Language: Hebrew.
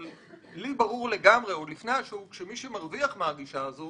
אבל לי ברור שמי שמרוויח מהגישה הזאת